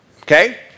okay